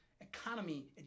economy